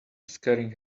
scaring